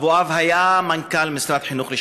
אבוהב היה מנכ"ל משרד החינוך בעבר,